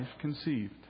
conceived